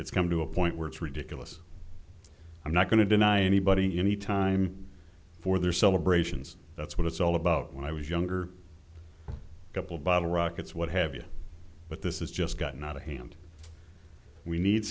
it's come to a point where it's ridiculous i'm not going to deny anybody any time for their celebrations that's what it's all about when i was younger a couple of bottle rockets what have you but this is just gotten out of hand we need